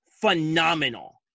phenomenal